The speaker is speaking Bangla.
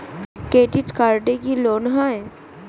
ক্রেডিট কার্ডে কি লোন হয়?